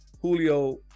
Julio